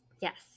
Yes